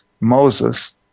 moses